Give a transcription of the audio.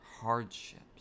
hardships